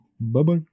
Bye-bye